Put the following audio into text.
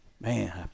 Man